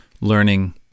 learning